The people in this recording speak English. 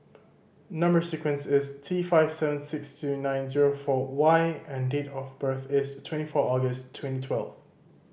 number sequence is T five seven six two nine zero four Y and date of birth is twenty four August twenty twelve